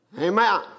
Amen